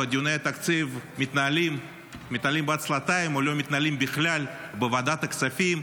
ודיוני התקציב מתנהלים בעצלתיים או לא מתנהלים בכלל בוועדת הכספים,